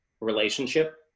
relationship